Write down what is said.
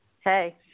hey